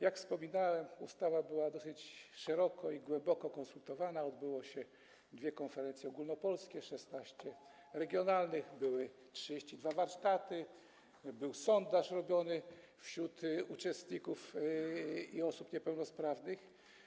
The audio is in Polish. Jak wspominałem, ustawa była dosyć szeroko i głęboko konsultowana, odbyły się dwie konferencje ogólnopolskie, 16 regionalnych, były 32 warsztaty, był sondaż robiony wśród uczestników i osób niepełnosprawnych.